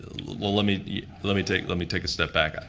ah let let me let me take let me take a step back. ah